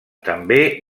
també